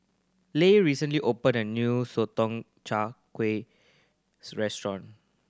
Leah recently opened a new Sotong Char Kway restaurant